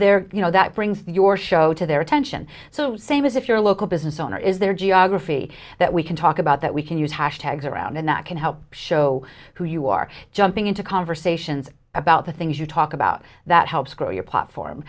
they're you know that brings your show to their attention so same as if you're a local business owner is there geography that we can talk about that we can use hashtags around and that can help show who you are jumping into conversations about the things you talk about that helps grow your platform